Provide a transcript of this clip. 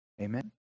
Amen